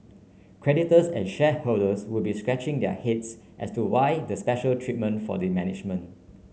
creditors and shareholders would be scratching their heads as to why the special treatment for the management